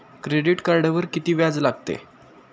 Credit कार्डवर किती व्याज लागते?